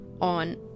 on